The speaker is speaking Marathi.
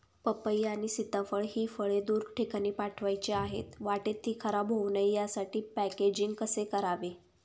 पपई आणि सीताफळ हि फळे दूर ठिकाणी पाठवायची आहेत, वाटेत ति खराब होऊ नये यासाठी पॅकेजिंग कसे करावे?